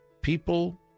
people